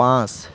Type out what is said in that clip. পাঁচ